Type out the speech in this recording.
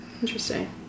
Interesting